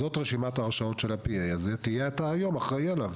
זאת רשימת ההרשאות של ה-P.A הזה תהיה אתה היום אחראי לו.